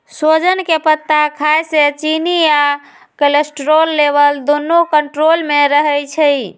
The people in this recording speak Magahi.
सोजन के पत्ता खाए से चिन्नी आ कोलेस्ट्रोल लेवल दुन्नो कन्ट्रोल मे रहई छई